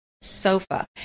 sofa